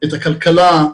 את הכלכלה,